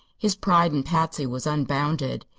his pride in patsy was unbounded.